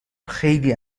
خیلی